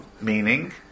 meaning